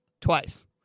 twice